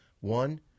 One